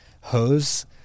hose